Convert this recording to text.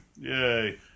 Yay